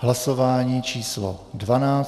Hlasování číslo 12.